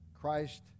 Christ